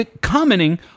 Commenting